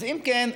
אז אם כן,